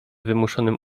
wymuszonym